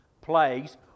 plagues